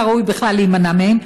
סוכר ומן הראוי בכלל להימנע מהם,